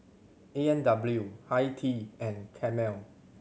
A and W Hi Tea and Camel